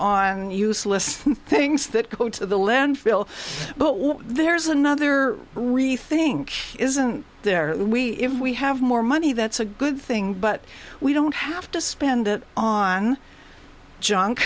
on useless things that go to the landfill but we there's another really think isn't there we if we have more money that's a good thing but we don't have to spend it on junk